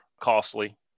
costly